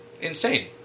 insane